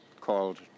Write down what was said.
called